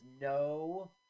no